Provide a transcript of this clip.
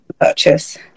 purchase